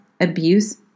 abuse